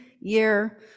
year